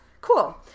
Cool